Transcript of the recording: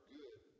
good